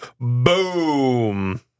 boom